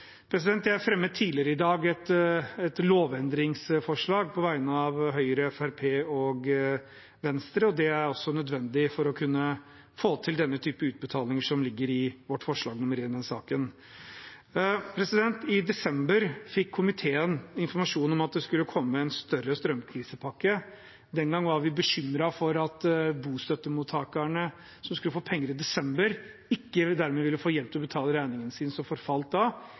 Jeg fremmet tidligere i dag et lovendringsforslag på vegne av Høyre, Fremskrittspartiet og Venstre. Det er også nødvendig for å kunne få til denne typen utbetalinger som ligger i vårt forslag, forslag nr. 1, i denne saken. I desember fikk komiteen informasjon om at det skulle komme en større strømkrisepakke. Den gangen var vi bekymret for at bostøttemottakerne, som skulle få penger i desember, ikke ville få hjelp til å betale regningene sine, som forfalt da.